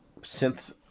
synth